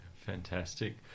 Fantastic